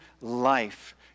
life